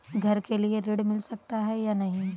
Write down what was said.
घर के लिए ऋण मिल सकता है या नहीं?